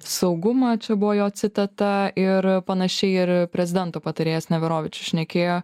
saugumą čia buvo jo citata ir panašiai ir prezidentų patarėjas neverovičius šnekėjo